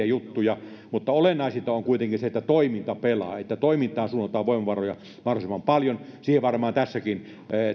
juttuja mutta olennaisinta on kuitenkin se että toiminta pelaa että toimintaan suunnataan voimavaroja mahdollisimman paljon siihen varmaan tässäkin